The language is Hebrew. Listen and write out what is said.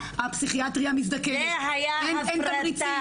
אין תמריצים.